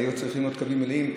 שבה היו צריכים עוד קווים מלאים,